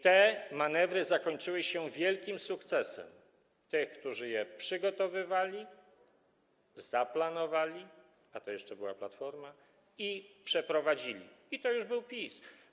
Te manewry zakończyły się wielkim sukcesem tych, którzy je przygotowali, zaplanowali, a to była jeszcze Platforma, i przeprowadzili, a to już był PiS.